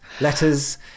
letters